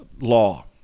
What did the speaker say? law